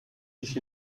sich